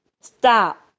Stop